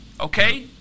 Okay